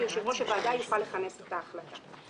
ויושב-ראש הוועדה יוכל לכנס את ההחלטה.